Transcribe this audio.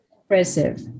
impressive